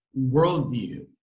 worldview